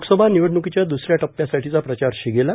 लोकसभा निवडणकीच्या द्र्स या टप्प्यासाठीचा प्रचार शिगेला